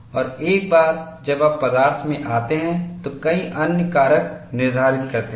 और एक बार जब आप पदार्थ में आते हैं तो कई अन्य कारक निर्धारित करते हैं